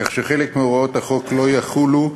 כך שחלק מהוראות החוק לא יחולו בעניינם,